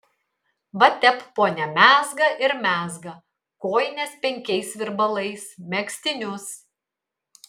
va tep ponia mezga ir mezga kojines penkiais virbalais megztinius